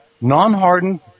non-hardened